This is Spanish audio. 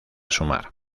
sumar